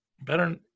better